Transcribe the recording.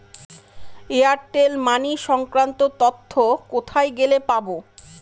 Airtel money সংক্রান্ত তথ্য কোথায় গেলে পাব?